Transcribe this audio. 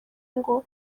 ngo